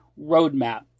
Roadmap